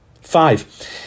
Five